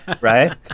right